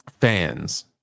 fans